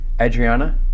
Adriana